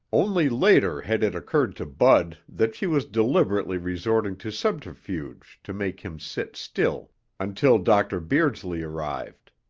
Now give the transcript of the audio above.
only later had it occurred to bud that she was deliberately resorting to subterfuge to make him sit still until dr. beardsley arrived.